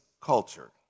culture